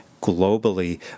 globally